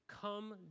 Come